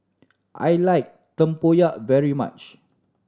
I like tempoyak very much